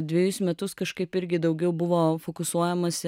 dvejus metus kažkaip irgi daugiau buvo fokusuojamasi